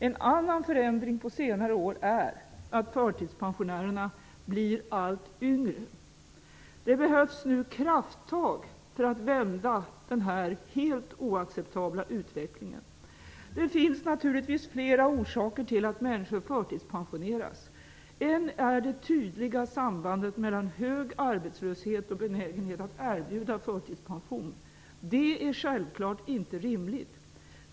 En annan förändring under senare år är att förtidspensionärerna blir allt yngre. Det behövs nu krafttag för att vända den här helt oacceptabla utvecklingen. Det finns naturligtvis flera orsaker till att människor förtidspensioneras. En är det tydliga sambandet mellan hög arbetslöshet och benägenheten att erbjuda förtidspension. Det är självklart inte rimligt.